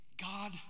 god